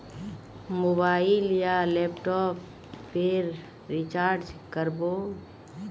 Mobile या laptop पेर recharge कर बो?